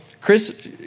Chris